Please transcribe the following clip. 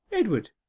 edward,